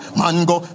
mango